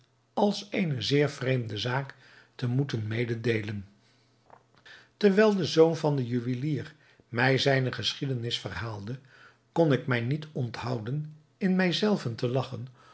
als eene zeer vreemde zaak te moeten mededeelen terwijl den zoon van den juwelier mij zijne geschiedenis verhaalde kon ik mij niet onthouden in mij zelven te lagchen